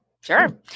sure